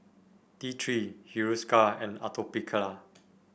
T Three Hiruscar and Atopiclair